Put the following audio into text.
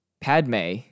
Padme